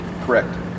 Correct